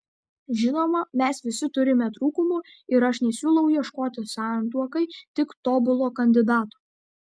žinoma mes visi turime trūkumų ir aš nesiūlau ieškoti santuokai tik tobulo kandidato